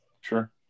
sure